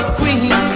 queen